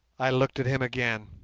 i looked at him again.